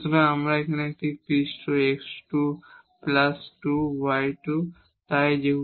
সুতরাং এটি এখানে একটি পৃষ্ঠ x22 y2